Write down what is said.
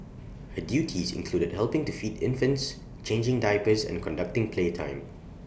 her duties included helping to feed infants changing diapers and conducting playtime